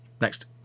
next